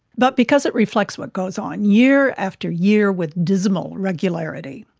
but because it reflects what goes on year after year with dismal regularity.